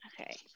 okay